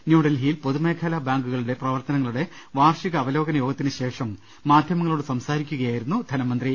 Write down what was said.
ന്യൂഡൽഹിയിൽ പൊതുമേഖലാ ബാങ്കുകളുടെ പ്രവർത്തനങ്ങളുടെ വാർഷിക അവലോകനത്തിനുശേഷം മാധ്യമങ്ങളോട് സംസാരിക്കുകയായിരുന്നു അദ്ദേഹം